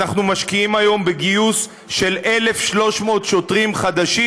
אנחנו משקיעים היום בגיוס של 1,300 שוטרים חדשים